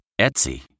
Etsy